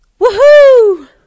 Woohoo